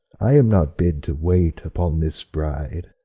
i am not bid to wait upon this bride.